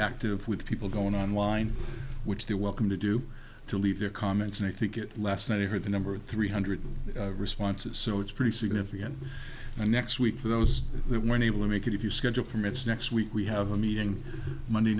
active with people going online which they're welcome to do to leave their comments and i think it last night i heard the number of three hundred responses so it's pretty significant and next week for those who weren't able to make it if you schedule permits next week we have a meeting monday